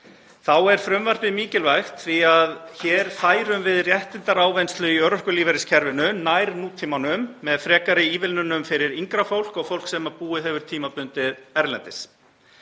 Þá er frumvarpið mikilvægt því að hér færum við réttindaávinnslu í örorkulífeyriskerfinu nær nútímanum með frekari ívilnunum fyrir yngra fólk og fólk sem búið hefur tímabundið erlendis.